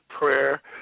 prayer